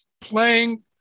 playing